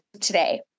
today